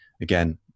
again